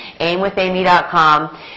aimwithamy.com